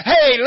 Hey